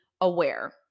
aware